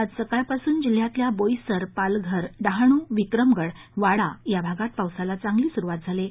आज सकाळ पासून जिल्ह्यातल्या बोईसर पालघर डहाणू विक्रमगड वाडा भागात पावसाला चांगली सुरुवात झाली आहे